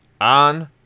on